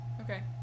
Okay